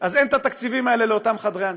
אז לא היו תקציבים כאלה לאותם חדרי ההנצחה.